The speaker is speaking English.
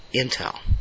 Intel